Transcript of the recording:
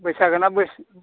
बैसागु ना बैस